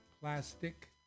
plastic